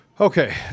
Okay